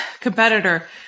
competitor